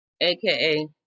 aka